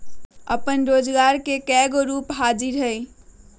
अप्पन रोजगार के कयगो रूप हाजिर हइ